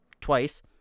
Twice